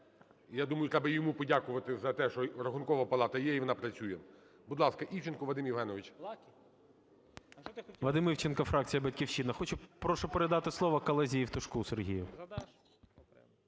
Я думаю, треба йому подякувати за те, що Рахункова палата є і вона працює. Будь ласка, Івченко Вадим Євгенович. 11:56:45 ІВЧЕНКО В.Є. Вадим Івченко, фракція "Батьківщина". Прошу передати слово колезі Євтушку Сергію.